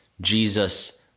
Jesus